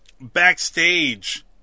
Backstage